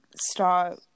stop